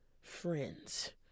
Friends